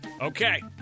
Okay